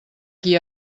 qui